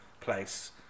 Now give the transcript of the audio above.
place